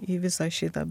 į visą šitą